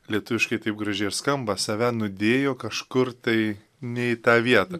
lietuviškai taip gražiai ir skamba save nudėjo kažkur tai ne į tą vietą